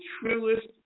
truest